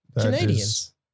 Canadians